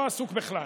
הוא לא עסוק בכלל.